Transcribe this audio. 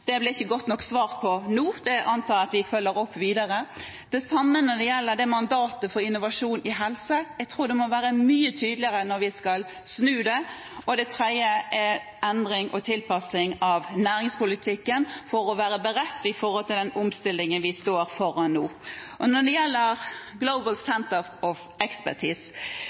Det ble ikke godt nok svart på nå, det antar jeg at vi følger opp videre. Det samme gjelder mandatet for innovasjon i helse, og jeg tror det må være mye tydeligere når vi skal snu det. Det tredje er endring og tilpasning av næringspolitikken for å være beredt i forhold til den omstillingen vi står foran nå. Når det gjelder Global Centres of